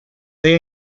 they